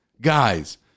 guys